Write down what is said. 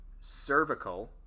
cervical